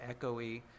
echoey